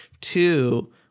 Two